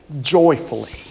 joyfully